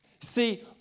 See